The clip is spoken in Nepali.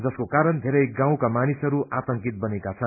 जसको कारण धेरै गाउँका मानिसहरू आतंकित बनेका छन्